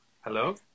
Hello